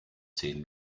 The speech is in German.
zehn